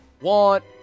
want